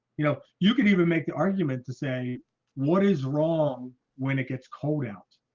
you know you can even make the argument to say what is wrong when it gets cold out